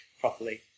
properly